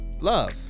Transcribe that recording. love